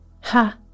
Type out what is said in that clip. Ha